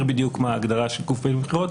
בדיוק מה ההגדרה של גופים פעילים בבחירות,